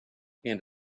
and